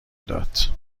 داد